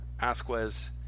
Asquez